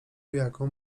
jaką